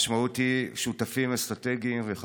המשמעות היא אובדן אמון של משקיעים זרים,